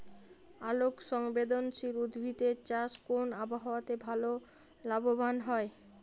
আলোক সংবেদশীল উদ্ভিদ এর চাষ কোন আবহাওয়াতে ভাল লাভবান হয়?